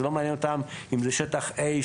זה לא מעניין אותם אם זה שטח A,